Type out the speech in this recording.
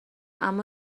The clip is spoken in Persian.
اما